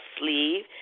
sleeve